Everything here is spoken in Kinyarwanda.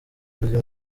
kurya